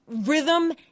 rhythm